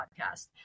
podcast